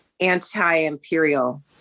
anti-imperial